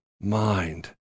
mind